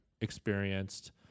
experienced